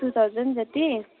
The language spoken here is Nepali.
टु थाउजन्ड जति